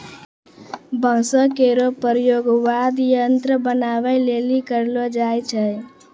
बांसो केरो प्रयोग वाद्य यंत्र बनाबए लेलि करलो जाय छै